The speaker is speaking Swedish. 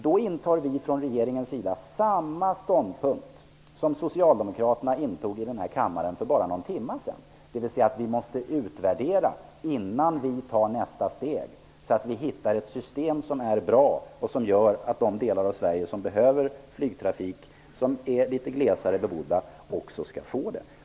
Då intar man från regeringspartiernas sida samma ståndpunkt som socialdemokraterna intog i denna kammare för bara någon timme sedan, dvs. att vi måste utvärdera innan vi tar nästa steg, så att vi hittar ett bra system som gör att de delar av Sverige som behöver flygtrafik men som är litet glesare bebyggda också skall få det.